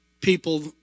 people